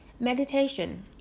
Meditation